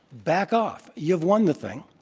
back off, you've won the thing.